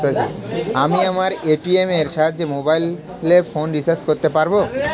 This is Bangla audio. আমি আমার এ.টি.এম এর সাহায্যে মোবাইল ফোন রিচার্জ করতে পারব?